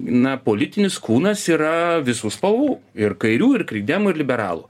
na politinis kūnas yra visų spalvų ir kairių ir krikdemų ir liberalų